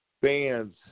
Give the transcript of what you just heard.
fans